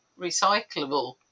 recyclable